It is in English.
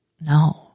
no